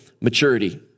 maturity